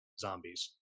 zombies